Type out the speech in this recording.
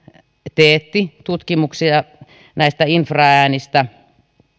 teetti tutkimuksia näistä infraäänistä